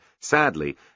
sadly